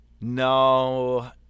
No